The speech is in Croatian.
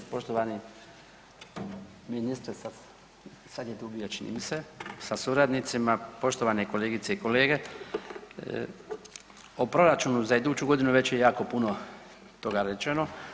Poštovani ministre, sad je tu bio čini mi se sa suradnicima, poštovane kolegice i kolege, o proračunu za iduću godinu već je jako puno toga rečeno.